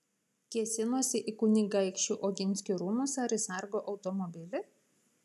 kėsinosi į kunigaikščių oginskių rūmus ar į sargo automobilį